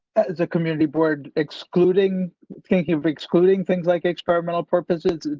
as a community board, excluding thinking of excluding things, like experimental purposes,